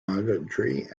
migratory